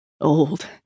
Old